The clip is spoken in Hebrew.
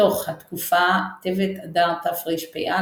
בתוך התקופה, טבת–אדר תרפ"א,